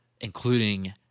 including